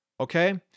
Okay